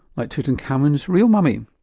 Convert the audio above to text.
like tutankhamen's real mummy.